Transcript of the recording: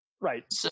right